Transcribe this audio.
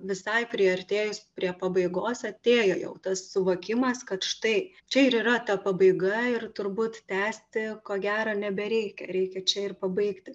visai priartėjus prie pabaigos atėjo jau tas suvokimas kad štai čia ir yra ta pabaiga ir turbūt tęsti ko gero nebereikia reikia čia ir pabaigti